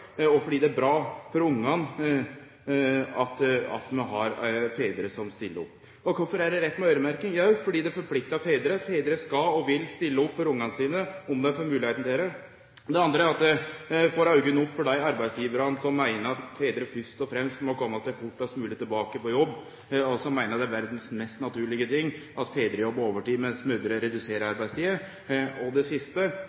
og fordi det er bra for barna at vi har fedrar som stiller opp. Kvifor er det rett med øyremerking? Jau, fordi det forpliktar fedrar. Fedrar skal og vil stille opp for barna sine om dei får moglegheit til det. Det andre er at det får auga opp på dei arbeidsgivarane som meiner at fedrar først og fremst må kome seg fortast mogleg tilbake på jobb, og som meiner det er verdas mest naturlege ting at fedrar jobbar overtid, mens mødrer reduserer